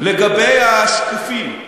לגבי השקופים,